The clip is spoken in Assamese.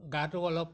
গাটো অলপ